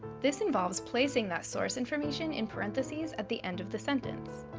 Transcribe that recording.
this involves placing that source information in parentheses at the end of the sentence.